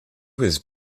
was